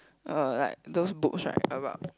uh like those books right about